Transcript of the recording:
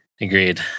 Agreed